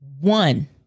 one